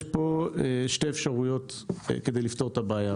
יש פה שתי אפשרויות כדי לפתור את הבעיה,